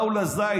באו לזית,